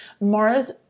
Mars